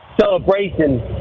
celebration